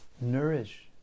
nourish